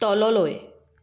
তললৈ